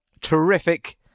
terrific